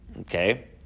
Okay